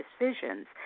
decisions